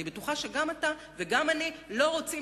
אני בטוחה שגם אתה וגם אני לא רוצים